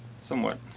somewhat